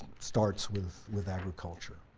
starts with with agriculture.